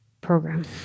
program